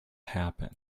happen